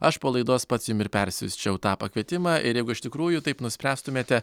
aš po laidos pats jum ir persiųsčiau tą pakvietimą ir jeigu iš tikrųjų taip nuspręstumėte